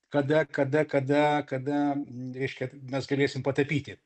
kada kada kada kada reiškia mes galėsim patapyti